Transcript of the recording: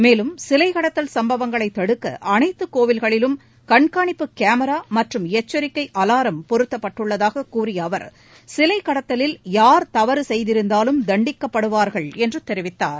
மேலும் சிலை கடத்தல் சம்பவங்களைத் தடுக்க அனைத்து கோயில்களிலும் கண்காணிப்பு கேமரா மற்றும் எச்சரிக்கை அலாரம் பொறுத்தப்பட்டுள்ளதாக கூறிய அவர் சிலை கடத்தலில் யார் தவறு செய்திருந்தாலும் தண்டிக்கப்படுவார்கள் என்று தெரிவித்தார்